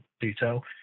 detail